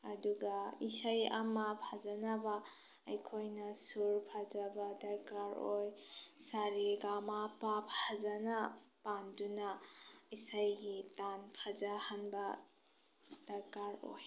ꯑꯗꯨꯒ ꯐꯁꯩ ꯑꯃ ꯐꯖꯅꯕ ꯑꯩꯈꯣꯏꯅ ꯁꯨꯔ ꯐꯖꯕ ꯗꯔꯀꯥꯔ ꯑꯣꯏ ꯁꯥꯔꯤ ꯒꯥꯃꯥꯄꯥ ꯐꯖꯅ ꯄꯥꯟꯗꯨꯅ ꯏꯁꯩꯒꯤ ꯇꯥꯟ ꯐꯖꯍꯟꯕ ꯗꯔꯀꯥꯔ ꯑꯣꯏ